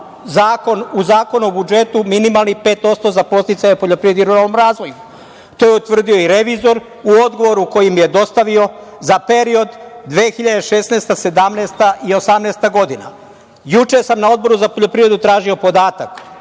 u zakonu o budžetu minimalnih 5% za podsticaje poljoprivrede i ruralnog razvoja. To je utvrdio i revizor u odgovoru koji im je dostavio za period 2016, 2017. i 2018. godina. Juče sam na Odboru za poljoprivredu tražio podatak,